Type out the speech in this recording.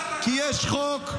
כי יש חוק,